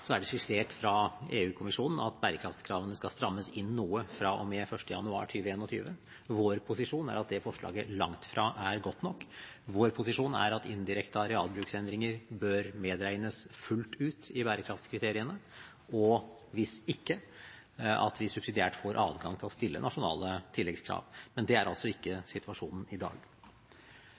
er det skissert fra EU-kommisjonen at bærekraftskravene skal strammes inn noe fra og med 1. januar 2021. Vår posisjon er at det forslaget langt fra er godt nok. Vår posisjon er at indirekte arealbruksendringer bør medregnes fullt ut i bærekraftskriteriene, og hvis ikke at vi subsidiært får adgang til å stille nasjonale tilleggskrav, men det er altså ikke situasjonen i dag.